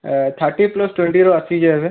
thirty plus ଟ୍ୱେଣ୍ଟିର ଆସିଛେ ଏଭେ